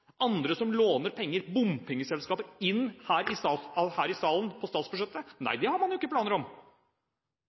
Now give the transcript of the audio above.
andre som låner penger og bompengeselskaper inn på statsbudsjettet? Nei, det har man jo ingen planer om.